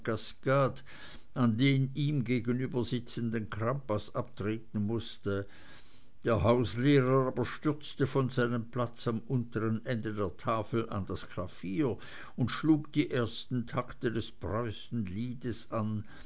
an den ihm gegenübersitzenden crampas abtreten mußte der hauslehrer aber stürzte von seinem platz am unteren ende der tafel an das klavier und schlug die ersten takte des preußenliedes an